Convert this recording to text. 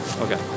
Okay